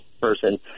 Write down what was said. person